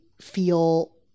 feel